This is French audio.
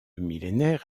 millénaire